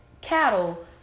cattle